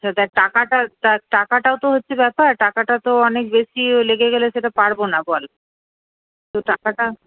আচ্ছা দেখ টাকাটা টাকাটা তো হচ্ছে ব্যাপার টাকাটা তো অনেক বেশি লেগে গেলে সেটা পারবো না বল তো টাকাটা